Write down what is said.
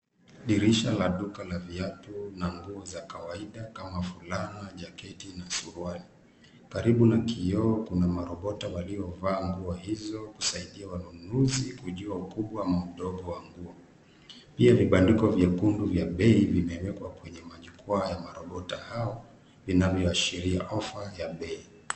Dirisha la duka la viatu na nguo za kawaida kama fulana, jaketi na suruali. Karibu na kioo kuna marobota waliovaa nguo hizo kusaidia wanunuzi kujua ukubwa au udogo wa nguo. Pia vibandiko vyekundu vya bei vimewekwa kwenye majukwaa ya marobota hao vinavyo ashiria offer ya bei.